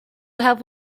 have